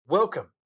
Welcome